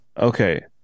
Okay